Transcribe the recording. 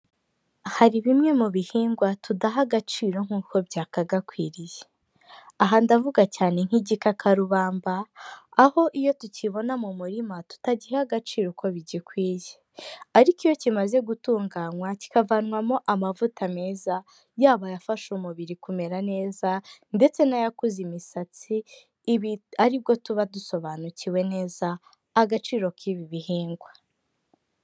Hari bimwe mu bihingwa tudaha agaciro nk'uko byakagakwiriye, aha ndavuga cyane nk'igikakarubamba, aho iyo tukibona mu murima tutagiha agaciro uko bigikwiye, ariko iyo kimaze gutunganywa kikavanwamo amavuta meza yaba afasha umubiri kumera neza, ndetse n'akuza imisatsi ibi ari bwo tuba dusobanukiwe neza agaciro k'ibi bihingwa.